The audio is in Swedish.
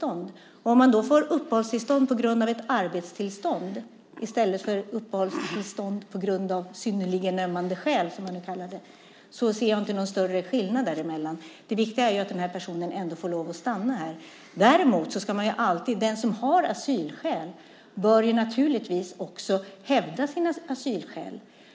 Jag ser inte någon större skillnad mellan att man får uppehållstillstånd på grund av ett arbetstillstånd och att man får uppehållstillstånd av synnerligen ömmande skäl, som det kallas. Det viktiga är att personen får lov att stanna här. Däremot bör den som har asylskäl naturligtvis också hävda sina asylskäl.